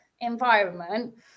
environment